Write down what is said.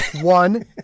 one